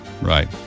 right